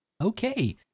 Okay